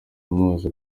amubaza